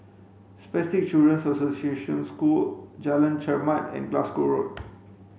Spastic Children's Association School Jalan Chermat and Glasgow Road